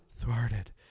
thwarted